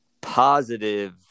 positive –